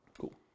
Cool